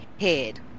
head